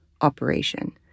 operation